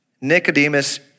Nicodemus